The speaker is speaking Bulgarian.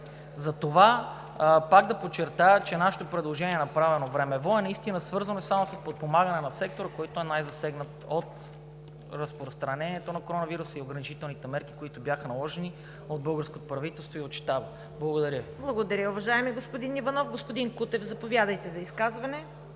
Затова, пак да подчертая, нашето предложение е направено времево и наистина е свързано само с подпомагане на сектор, който е най-засегнат от разпространението на коронавируса и ограничителните мерки, които бяха наложени от българското правителство и от Щаба. Благодаря Ви. ПРЕДСЕДАТЕЛ ЦВЕТА КАРАЯНЧЕВА: Благодаря Ви, уважаеми господин Иванов. Господин Кутев, заповядайте за изказване.